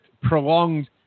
prolonged